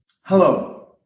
Hello